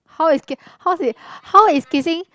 how is ki~ how ki~ how is kissing